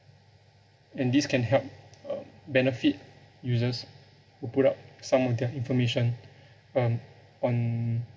and this can help uh benefit users who put up some of their information um on